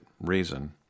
reason